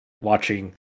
watching